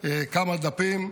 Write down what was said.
כמה דפים,